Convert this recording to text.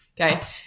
okay